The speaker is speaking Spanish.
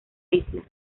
isla